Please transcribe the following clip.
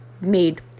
made